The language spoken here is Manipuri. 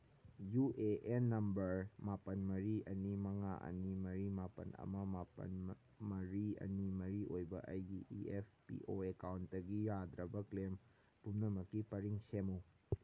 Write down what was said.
ꯌꯨ ꯑꯦ ꯑꯦꯟ ꯅꯝꯕꯔ ꯃꯥꯄꯟ ꯃꯔꯤ ꯑꯅꯤ ꯃꯉꯥ ꯑꯅꯤ ꯃꯔꯤ ꯃꯥꯄꯟ ꯑꯃ ꯃꯥꯄꯟ ꯃꯔꯤ ꯑꯅꯤ ꯃꯔꯤ ꯑꯣꯏꯕ ꯑꯩꯒꯤ ꯏ ꯑꯦꯐ ꯄꯤ ꯑꯣ ꯑꯦꯀꯥꯎꯟꯇꯒꯤ ꯌꯥꯗ꯭ꯔꯕ ꯀ꯭ꯂꯦꯝ ꯄꯨꯝꯅꯃꯛꯀꯤ ꯄꯔꯤꯡ ꯁꯦꯝꯃꯨ